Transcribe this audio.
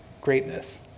greatness